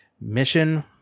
mission